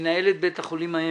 מנהלת בית החולים העמק.